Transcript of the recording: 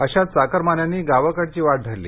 अशा चाकरमान्यांनी गावाकडची वाट धरली